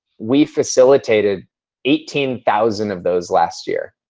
we facilitated eighteen thousand of those last year.